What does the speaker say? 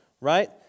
right